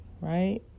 right